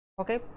Okay